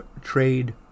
Trade